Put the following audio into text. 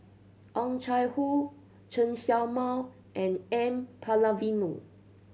Oh Chai Hoo Chen Show Mao and N Palanivelu